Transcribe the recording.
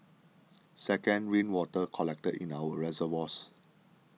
second rainwater collected in our reservoirs